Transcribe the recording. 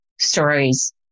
stories